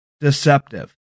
deceptive